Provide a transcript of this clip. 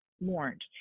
mourned